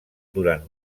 durant